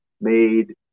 made